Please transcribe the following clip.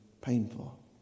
painful